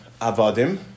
Avadim